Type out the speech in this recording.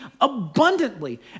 abundantly